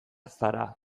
zara